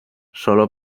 sólo